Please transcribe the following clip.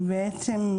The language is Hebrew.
בעצם,